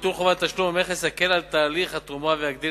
ביטול חובת תשלום המכס יקל את תהליך התרומה ויגדיל